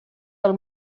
del